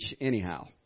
anyhow